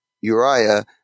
Uriah